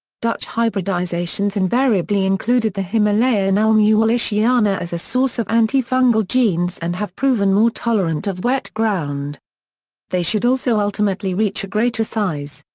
dutch hybridizations invariably included the himalayan elm u. wallichiana as a source of anti-fungal genes and have proven more tolerant of wet ground they should also ultimately ultimately reach a greater size.